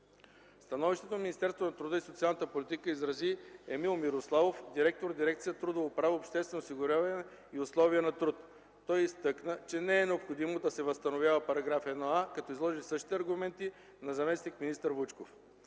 Становището на Министерство на труда и социалната политика изрази Емил Мирославов, директор дирекция „Трудово право, обществено осигуряване и условия на труд”. Той изтъкна, че не е необходимо да се възстановява §1а, като изложи същите аргументи на заместник-министър Вучков.